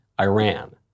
Iran